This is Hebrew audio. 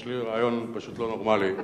יש לי רעיון פשוט לא נורמלי.